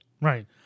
Right